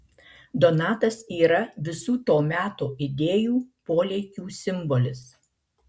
donatas yra visų to meto idėjų polėkių simbolis